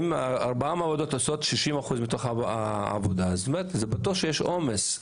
אם ארבעת המעבדות עושות 60% מהעבודה אז ברור שיש עומס.